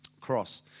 cross